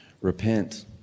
Repent